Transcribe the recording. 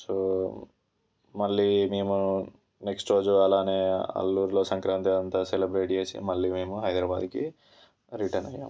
so మళ్లీ మేము next రోజు అలానే ఆలూరులో సంక్రాంతి అంతా సెలబ్రేట్ చేసి మళ్లీ మేము హైదరాబాద్కి రిటన్ అయ్యాం